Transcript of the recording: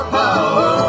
power